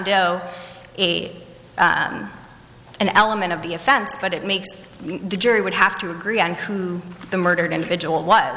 doe a an element of the offense but it makes the jury would have to agree on who the murderer individual w